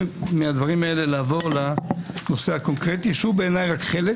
מהדברים האלה אני רוצה לעבור לנושא הקונקרטי שהוא בעיניי רק חלק